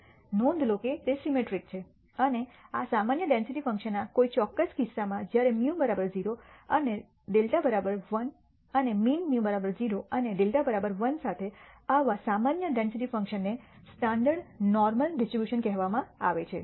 નોંધ લો કે તે સિમેટ્રિક છે અને આ સામાન્ય ડેન્સિટી ફંક્શનના કોઈ ચોક્કસ કિસ્સામાં જ્યારે μ 0 અને σ 1 અને મીન μ 0 અને σ 1 સાથે આવા સામાન્ય ડેન્સિટી ફંક્શનને સ્ટાન્ડર્ડ નોર્મલ ડિસ્ટ્રીબ્યુશન કહેવામાં આવે છે